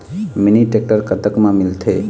Mini tractor कतक म मिलथे?